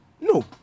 No